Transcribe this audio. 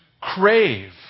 crave